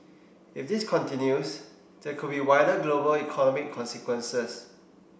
if this continues there could be wider global economic consequences